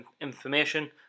information